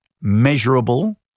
measurable